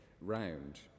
round